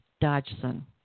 Dodgson